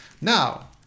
Now